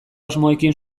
asmoekin